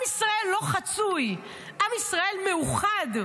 עם ישראל לא חצוי, עם ישראל מאוחד.